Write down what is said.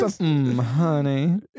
Honey